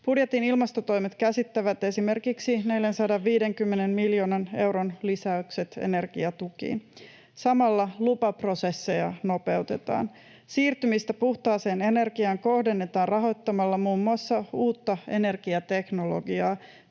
Budjetin ilmastotoimet käsittävät esimerkiksi 450 miljoonan euron lisäykset energiatukiin. Samalla lupaprosesseja nopeutetaan. Siirtymistä puhtaaseen energiaan kohdennetaan rahoittamalla muun muassa uutta energiateknologiaa,